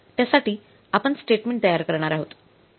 त्यासाठी आपण स्टेटमेंट तयार करणार आहोत